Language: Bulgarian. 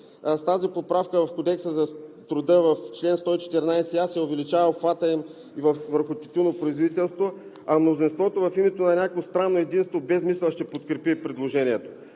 с тази поправка в Кодекса на труда в чл. 114а се увеличава обхватът им върху тютюнопроизводителството, а мнозинството в името на някакво странно единство без мисъл ще подкрепи предложението.